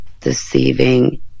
deceiving